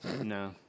No